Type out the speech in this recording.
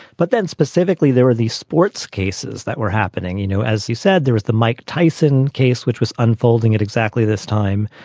but then specifically, there were these sports cases that were happening. you know, as you said, there was the mike tyson case, which was unfolding at exactly this time.